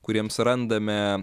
kuriems randame